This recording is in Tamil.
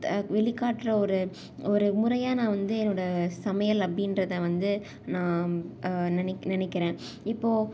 வெளிக்காட்டுற ஒரு ஒரு முறையாக நான் வந்து என்னோட சமையல் அப்படின்றத வந்து நான் நெனை நினைக்குறேன் இப்போது